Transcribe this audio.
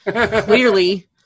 Clearly